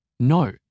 no